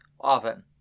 often